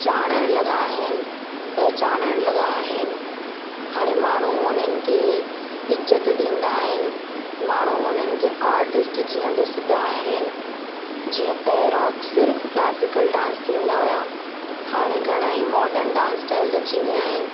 ॼाणणु लॻा आहिनि पेहचानणु लॻा आहिनि हाणे माण्हू हुनि खे इज्जत ॾींदा आइन माण्हू हुनन खे आर्टिस्ट जीअं ॾिसंदा आहिनि जीअं पहिरियों सिर्फ़ु क्लासिकल डांस थींदा हुआ हाणे घणेई मॉडन डांस स्टाइल अची विया आहिनि